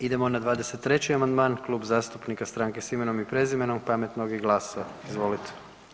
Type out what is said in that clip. Idemo na 23. amandman, Klub zastupnika Stranke s imenom i prezimenom, Pametnog i GLAS-a, izvolite.